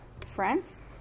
France